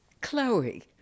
Chloe